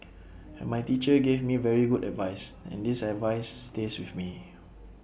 and my teacher gave me very good advice and this advices stays with me